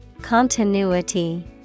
Continuity